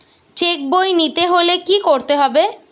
Check বই নিতে হলে কি করতে হবে?